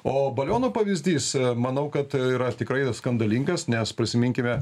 o balionų pavyzdys manau kad yra tikrai skandalingas nes prisiminkime